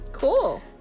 Cool